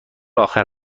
آخر